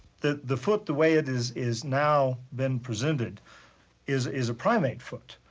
the the foot the way it is is now been presented is is a primate foot.